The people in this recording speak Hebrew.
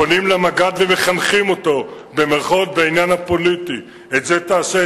הם פונים אל המג"ד ו"מחנכים" אותו בעניין הפוליטי: את זה תעשה,